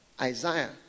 Isaiah